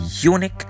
unique